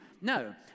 No